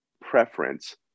preference